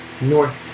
north